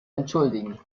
entschuldigen